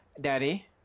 daddy